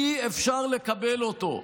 אי-אפשר לקבל אותו.